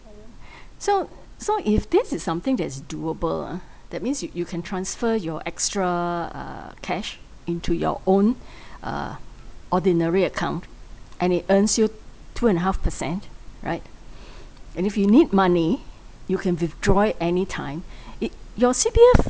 so so if this is something that is doable ah that means you you can transfer your extra uh cash into your own uh ordinary account and it earns you two and a half percent right and if you need money you can withdraw it anytime it your C_P_F